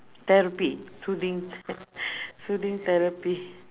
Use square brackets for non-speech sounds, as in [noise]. therapy soothing [laughs] soothing therapy